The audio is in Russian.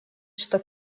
что